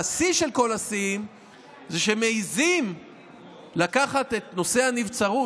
והשיא של כל השיאים זה שמעיזים לקחת את נושא הנבצרות,